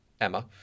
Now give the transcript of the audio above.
Emma